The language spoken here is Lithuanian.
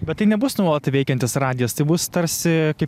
bet tai nebus nuolat veikiantis radijas tai bus tarsi kai